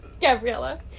Gabriella